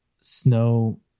snow